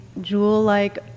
jewel-like